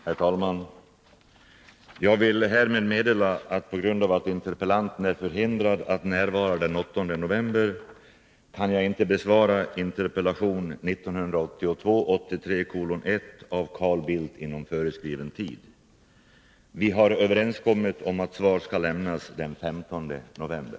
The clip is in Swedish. Herr talman! Jag vill härmed meddela att på grund av att interpellanten är förhindrad att närvara den 8 november kan jag inte besvara interpellation 1982/83:1 av Carl Bildt inom föreskriven tid. Vi har överenskommit om att svar skall lämnas den 15 november.